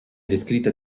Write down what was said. descritta